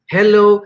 Hello